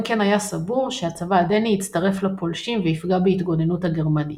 הנקן היה סבור שהצבא הדני יצטרף לפולשים ויפגע בהתגוננות הגרמנית.